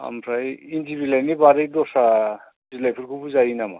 ओमफ्राय इन्दि बिलाइनि बारै दस्रा बिलाइफोरखौबो जायो नामा